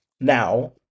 now